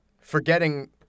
forgetting